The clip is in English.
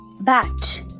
bat